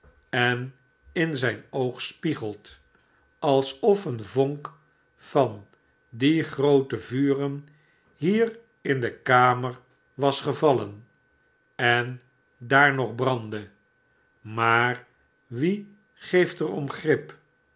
en in zijn oog spiegelt alsof een vonk van die groote vuren hier in de kamer was gevallen en daar nog brandde maar wie geeft er om grip